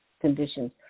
conditions